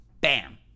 Bam